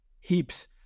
heaps